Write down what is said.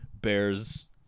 Bears